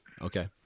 Okay